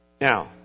Now